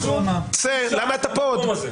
למה אתה פה עוד?